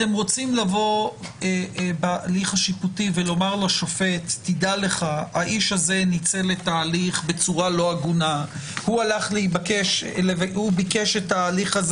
אם האיש הזה ניצל את ההליך בצורה לא הגונה וביקש את ההליך הזה